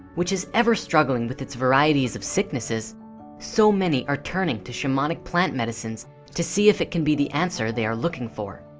which is ever struggling with its varieties of sicknesses so many are turning to shamanic plant medicines to see if it can be the answer they are looking for